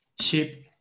ship